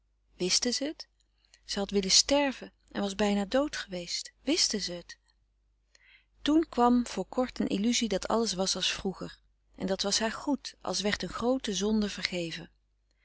ze t ze had willen sterven en was bijna dood geweest wisten ze t toen kwam voor kort een illuzie dat alles was als vroeger en dat was haar goed als werd een groote zonde vergeven